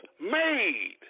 made